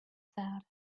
said